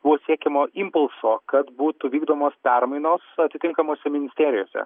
buvo siekiama impulso kad būtų vykdomos permainos atitinkamose ministerijose